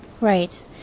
Right